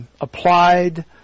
applied